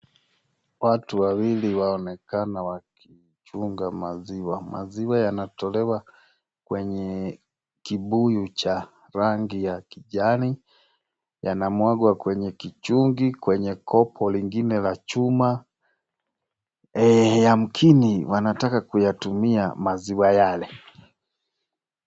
Watu wawili waonekana wakichunga maziwa. Maziwa yanatolewa kwenye kibuyu cha rangi ya kijani, yanamwagwa kwenye kichungi, kwenye koko lingine la chuma. Yamkini wanataka kuyatumia maziwa yale.